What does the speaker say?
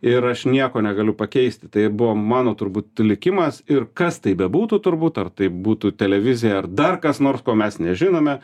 ir aš nieko negaliu pakeisti tai buvo mano turbūt likimas ir kas tai bebūtų turbūt ar tai būtų televizija ar dar kas nors ko mes nežinome